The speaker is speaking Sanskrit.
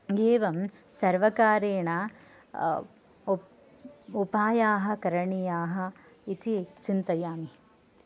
एवं सर्वकारेण उपायाः करणीयाः इति चिन्तयामि